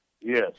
Yes